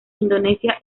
indonesia